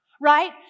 Right